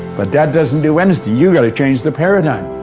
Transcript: but that doesn't do anything you got to change the paradigm.